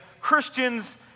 Christians